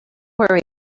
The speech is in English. worry